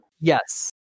Yes